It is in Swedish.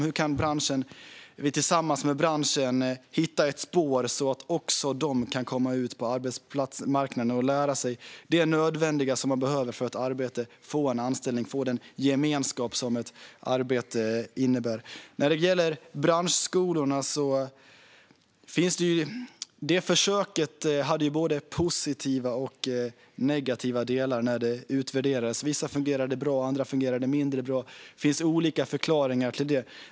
Hur kan vi tillsammans med branschen hitta ett spår, så att också de kan komma ut på arbetsmarknaden och lära sig det nödvändiga som man behöver för att arbeta, få anställning och få den gemenskap som ett arbete innebär? Försöket med branschskolorna visade sig ha både positiva och negativa delar när det utvärderades. Vissa utbildningar fungerade bra, andra mindre bra. Det finns olika förklaringar till det.